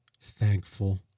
thankful